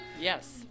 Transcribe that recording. Yes